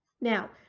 Now